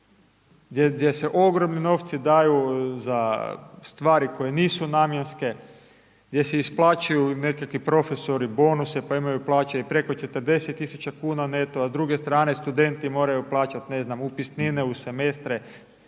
gdje se ogromni novci daju za stvari koje nisu namjenske, gdje si isplaćuju nekakvi profesori bonuse pa imaju plaće i preko 40.000 kuna neto, a s druge strane studenti moraju plaćati upisnine u semestre,